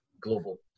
global